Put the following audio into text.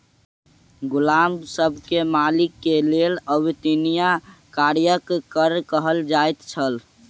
गुलाम सब के मालिक के लेल अवेत्निया कार्यक कर कहल जाइ छल